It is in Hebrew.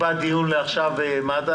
נקבע עכשיו דיון עם מד"א.